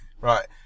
right